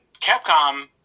capcom